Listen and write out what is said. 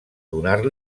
donar